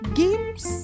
games